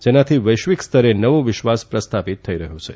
જેનાથી વૈશ્વિક સ્તરે નવો વિશ્વાસ પ્રસ્થાપિત થઇ રહ્યો છે